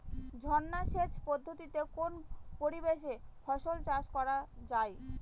ঝর্না সেচ পদ্ধতিতে কোন পরিবেশে ফসল চাষ করা যায়?